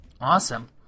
Awesome